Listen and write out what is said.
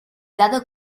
dado